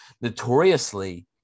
notoriously